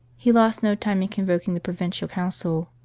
he lost no time in convoking the provincial council.